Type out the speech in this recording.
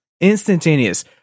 instantaneous